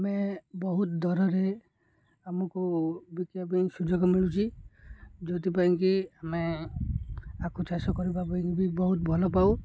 ଆମେ ବହୁତ ଦରରେ ଆମକୁ ବିକିବା ପାଇଁ ସୁଯୋଗ ମିଳୁଛି ଯେଉଁଥିପାଇଁକି ଆମେ ଆଖୁ ଚାଷ କରିବା ପାଇଁବି ବହୁତ ଭଲ ପାଉ